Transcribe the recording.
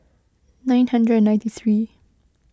nine hundred and ninety three